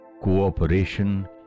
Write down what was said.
cooperation